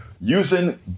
using